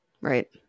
Right